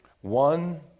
One